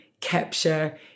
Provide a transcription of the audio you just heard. capture